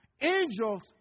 Angels